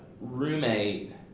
roommate